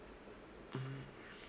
mmhmm